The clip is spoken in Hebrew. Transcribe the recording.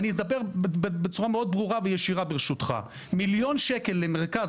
אני אדבר בצורה מאוד ברורה וישירה ברשותך: מיליון שקל למרכז